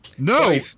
No